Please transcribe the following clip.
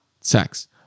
Sex